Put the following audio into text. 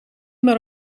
maar